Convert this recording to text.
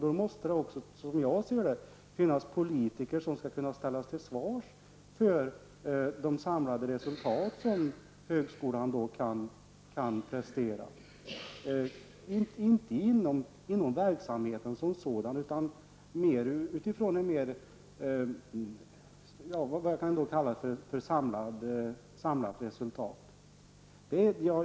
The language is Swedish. Då måste det också, som jag ser det, finnas politiker som skall kunna ställas till svars för de samlade resultat som högskolan presterar. Det gäller inte inom verksamheten som sådan utan mer ifrån vad jag skulle kunna kalla ett samlat resultat.